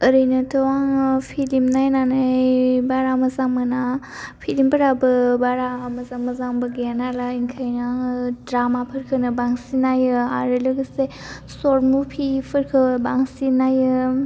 ओरैनोथ' आङो फिलिम नायनानै बारा मोजां मोना फिलिमफोराबो बारा मोजां मोजांबो गैया नालाय ओंखायनो आङो द्रामाफोरखौनो बांसिन नायो आरो लोगोसे सर्ट मुभिफोरखौ बांसिन नायो